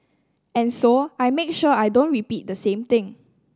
and so I make sure I don't repeat the same thing